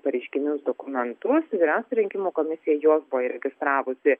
pareiškinius dokumentus yra rinkimų komisija juos buvo įregistravusi